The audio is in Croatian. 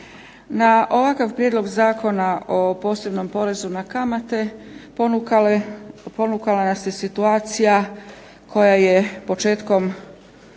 Na ovakav Prijedlog zakona o posebnom porezu na kamate ponukala nas je situacija koja je početkom